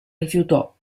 rifiutò